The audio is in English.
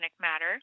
matter